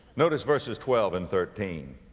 notice verses twelve and thirteen,